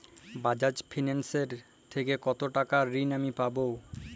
বাজাজ ফিন্সেরভ থেকে কতো টাকা ঋণ আমি পাবো?